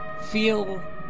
Feel